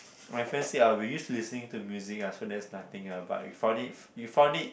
my friend said I ah we used to listening to music ah so that's nothing ah but we found it we found it